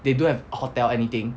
they don't have hotel anything